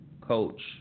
coach